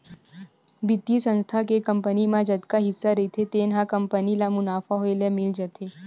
बित्तीय संस्था के कंपनी म जतका हिस्सा रहिथे तेन ह कंपनी ल मुनाफा होए ले मिल जाथे